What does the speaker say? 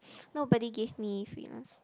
nobody give me freelance